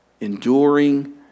enduring